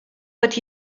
but